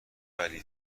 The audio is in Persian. ولی